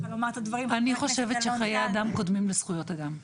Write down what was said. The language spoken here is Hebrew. אני חושבת שחיי אדם קודמים לזכויות אדם.